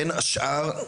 בין השאר,